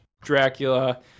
Dracula